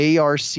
ARC